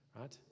right